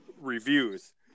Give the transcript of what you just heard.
reviews